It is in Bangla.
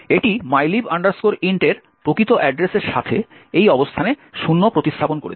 এটি mylib int এর প্রকৃত অ্যাড্রেসেের সাথে এই অবস্থানে শূন্য প্রতিস্থাপন করেছে